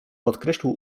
podkreślił